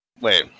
Wait